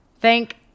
Thank